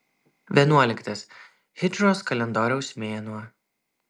vienuoliktas hidžros kalendoriaus mėnuo